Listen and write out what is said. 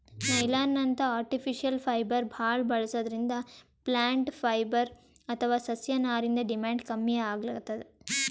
ನೈಲಾನ್ನಂಥ artificial fibre ಭಾಳ್ ಬಳಸದ್ರಿಂದ plant fibre ಅಥವಾ ಸಸ್ಯನಾರಿಂದ್ ಡಿಮ್ಯಾಂಡ್ ಕಮ್ಮಿ ಆಗ್ಲತದ್